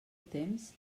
temps